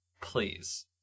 Please